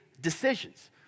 decisions